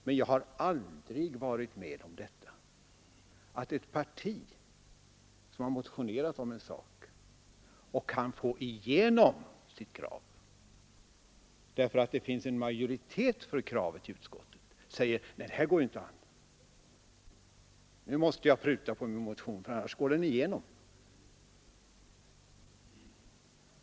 Men jag har aldrig varit med om att ett parti som har motionerat om något och kan få igenom sitt krav därför att det finns en majoritet för det i utskottet säger: Nej, det här går inte an — nu måste vi pruta på vår motion för annars går den igenom.